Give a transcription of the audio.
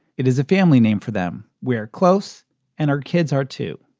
it is a family name for them. we are close and our kids are two.